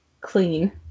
clean